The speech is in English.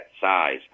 size